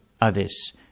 others